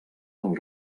del